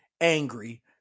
angry